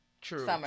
True